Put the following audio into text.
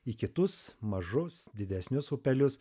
į kitus mažus didesnius upelius